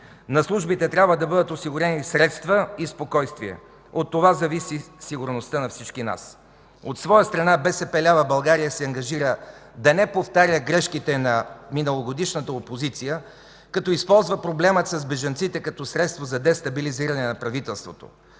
На службите трябва да бъдат осигурени средства и спокойствие. От това зависи сигурността на всички нас. От своя страна, БСП лява България се ангажира да не повтаря грешките на миналогодишната опозиция, като използва проблема с бежанците като средство за дестабилизиране на правителството.